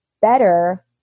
better